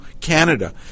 Canada